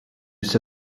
its